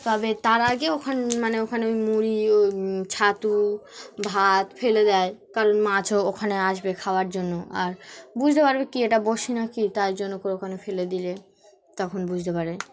তবে তার আগে ওখান মানে ওখানে ওই মুড়ি ওই ছাতু ভাত ফেলে দেয় কারণ মাছও ওখানে আসবে খাওয়ার জন্য আর বুঝতে পারবে কি এটা বরশি না কি তার জন্য করে ওখানে ফেলে দিলে তখন বুঝতে পারে